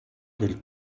del